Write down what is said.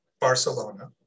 Barcelona